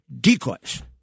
decoys